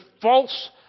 false